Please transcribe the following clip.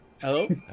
Hello